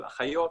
של אחיות,